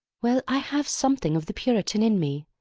well, i have something of the puritan in me.